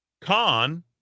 Khan